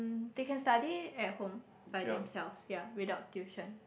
they can study at home by themselves ya without tuition